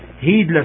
heedless